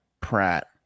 Pratt